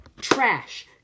trash